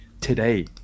today